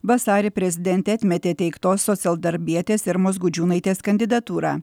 vasarį prezidentė atmetė teiktos socialdarbietės irmos gudžiūnaitės kandidatūrą